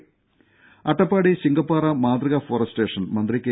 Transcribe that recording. ദേദ അട്ടപ്പാടി ശിങ്കപാറ മാതൃക forest station മന്ത്രി കെ